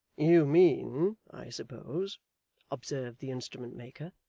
you mean, i suppose observed the instrument-maker,